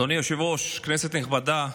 אדוני היושב-ראש, כנסת נכבדה,